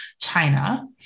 China